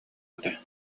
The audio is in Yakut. этэ